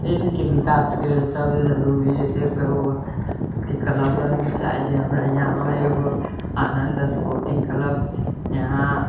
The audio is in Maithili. खेलके विकासके लेल सभसँ जरूरी हइ अथि क्लब रहयके चाही जे हमरा यहाँ हइ एगो आनन्द स्पॉर्टिंग क्लब यहाँ